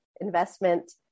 investment